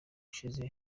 ushize